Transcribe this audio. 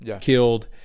killed